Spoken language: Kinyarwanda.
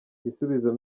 gisubizo